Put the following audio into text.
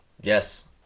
Yes